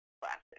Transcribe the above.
classic